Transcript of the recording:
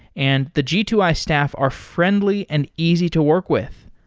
and the g two i staff are friendly and easy to work with.